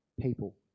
people